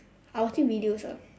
I watching videos ah